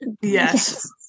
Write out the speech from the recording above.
Yes